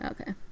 Okay